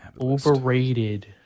overrated